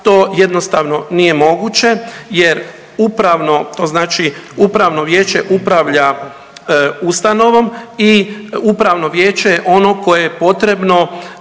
to jednostavno nije moguće, jer upravno, to znači upravno vijeće upravlja ustanovom i upravno vijeće je ono koje je potrebno